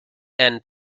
and